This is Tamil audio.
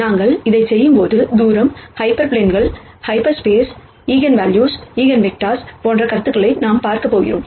நாங்கள் இதைச் செய்யும்போது டிஸ்டன்ஸ் ஹைப்பர் பிளேன்கள் ஹாஃப் ஸ்பேஸ் ஈஜென்வெல்யூஸ் ஈஜென்வெக்டர்கள் போன்ற கருத்துக்களை நாம் பார்க்க போகிறோம்